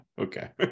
okay